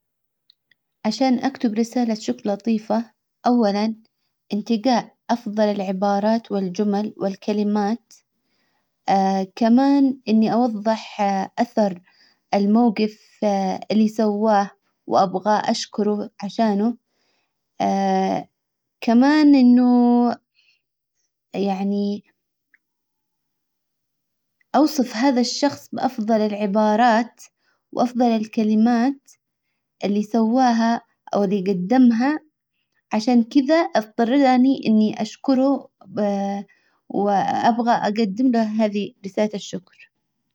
عشان اكتب رسالة شكر لطيفة اولا انتجاء افضل العبارات والجمل والكلمات كمان اني اوضح اثر الموجف اللي سواه وابغاه اشكره عشانه كمان انه يعني اوصف هذا الشخص بافضل العبارات وافضل الكلمات اللي سواها او اللي قدمها عشان كدا اضطر اني اني اشكره وابغى اقدم له هذي رسالة الشكر.